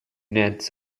nets